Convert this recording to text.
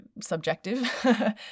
subjective